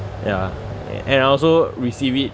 ya and I also receive it